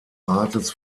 rates